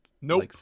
nope